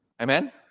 Amen